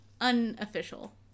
Unofficial